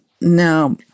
now